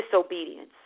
disobedience